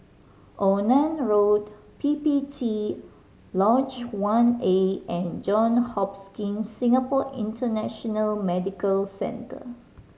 Onan Road P P T Lodge One A and Johns Hopkins Singapore International Medical Centre